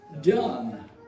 done